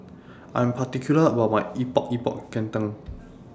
I'm particular about My Epok Epok Kentang